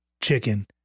chicken